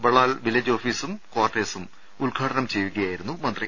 Balal village ഓഫീസും കാർട്ടേഴ്സും ഉദ്ഘാടനം ചെയ്യുകയായി രുന്നു മന്ത്രി